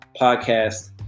podcast